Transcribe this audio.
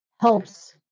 helps